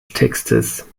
textes